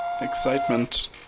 Excitement